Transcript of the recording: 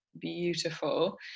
beautiful